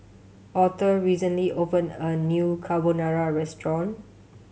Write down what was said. Author recently opened a new Carbonara Restaurant